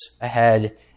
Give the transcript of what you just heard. ahead